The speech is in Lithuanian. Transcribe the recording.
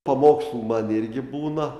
pamokslų man irgi būna